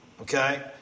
okay